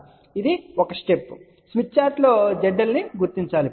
కాబట్టి ఇది ఒక స్టెప్ స్మిత్ చార్టులో zL ను గుర్తించండి